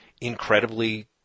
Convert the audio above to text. incredibly